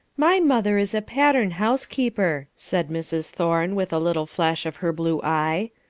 my mother is a pattern housekeeper, said mrs. thorne, with a little flash of her blue eye,